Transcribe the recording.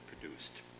produced